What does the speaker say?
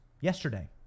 yesterday